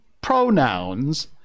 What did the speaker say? pronouns